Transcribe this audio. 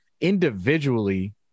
individually –